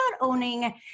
owning